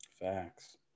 Facts